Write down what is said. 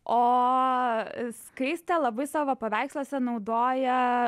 o skaistė labai savo paveiksluose naudoja